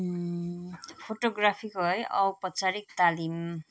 फोटोग्राफीको है औपचारिक तालिम